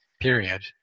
period